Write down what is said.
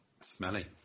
Smelly